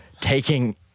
taking